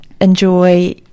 enjoy